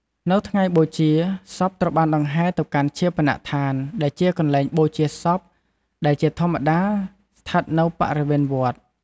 នៅថ្ងៃបូជា សពត្រូវបានដង្ហែទៅកាន់ឈាបនដ្ឋាន ដែលជាកន្លែងបូជាសព ដែលជាធម្មតាស្ថិតនៅបរិវេណវត្ត។